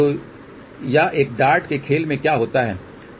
तो या एक डार्ट के खेल में क्या होता है